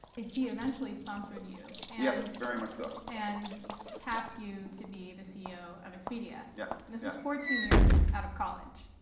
he eventually sponsored you. yes, very much so. and tapped you to be the ceo of expedia. yeah, yeah. and this was fourteen years out of college.